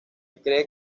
cree